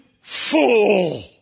full